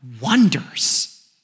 Wonders